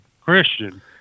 Christian